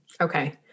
Okay